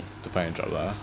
to find a job lah